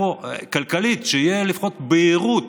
כלכלית, שתהיה לפחות בהירות.